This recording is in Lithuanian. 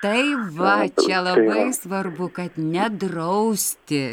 tai va čia labai svarbu kad ne drausti